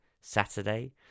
Saturday